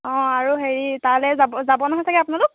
অঁ আৰু হেৰি তালৈ যাব যাব নহয় চাগে আপোনালোক